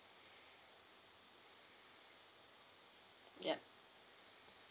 yup